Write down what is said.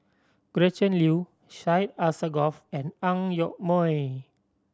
Gretchen Liu Syed Alsagoff and Ang Yoke Mooi